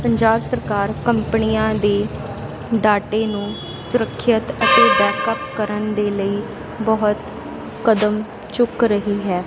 ਪੰਜਾਬ ਸਰਕਾਰ ਕੰਪਨੀਆਂ ਦੇ ਡਾਟੇ ਨੂੰ ਸੁਰੱਖਿਅਤ ਅਤੇ ਬੈਕਅੱਪ ਕਰਨ ਦੇ ਲਈ ਬਹੁਤ ਕਦਮ ਚੁੱਕ ਰਹੀ ਹੈ